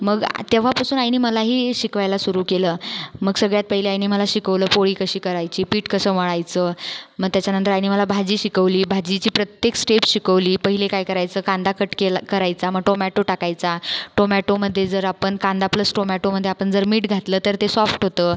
मग तेव्हापासून आईने मलाही शिकवायला सुरू केलं मग सगळ्यात पहिले आईने मला शिकवलं पोळी कशी करायची पीठ कसं मळायचं मग त्याच्यानंतर आईने मला भाजी शिकवली भाजीची प्रत्येक स्टेप शिकवली पहिले काय करायचं कांदा कट केला करायचा मग टोमॅटो टाकायचा टोमॅटोमध्ये जर आपण कांदा प्लस टोमॅटोमध्ये आपण जर मीठ घातलं तर ते सॉफ्ट होतं